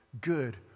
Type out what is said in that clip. good